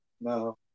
No